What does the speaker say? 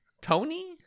Tony